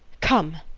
come.